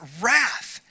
wrath